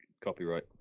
copyright